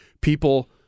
people